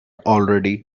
already